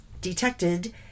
detected